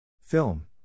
Film